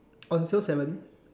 on sale seven